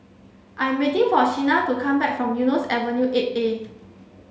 I am waiting for Shena to come back from Eunos Avenue eight A